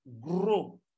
grow